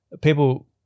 people